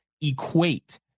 equate